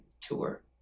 tour